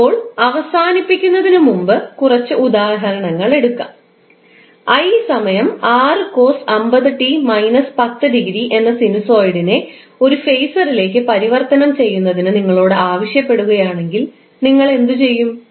അപ്പോൾ അവസാനിപ്പിക്കുന്നതിന് മുമ്പ് കുറച്ച് ഉദാഹരണങ്ങൾ എടുക്കാം എന്ന സിനുസോയിഡിനെ ഒരു ഫേസറിലേക്ക് പരിവർത്തനം ചെയ്യുന്നതിന് നിങ്ങളോട് ആവശ്യപ്പെടുകയാണെങ്കിൽ നിങ്ങൾ എന്തു ചെയ്യും